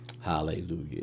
Hallelujah